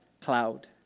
cloud